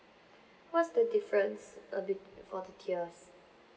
what's the difference uh it for the tiers